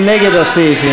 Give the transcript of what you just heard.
מי נגד?